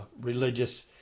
religious